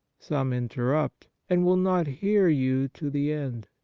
some interrupt, and will not hear you to the end.